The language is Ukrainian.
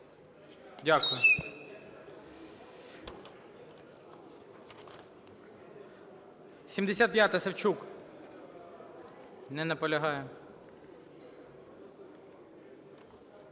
Дякую. 75-а, Савчук. Не наполягає.